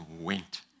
went